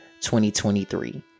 2023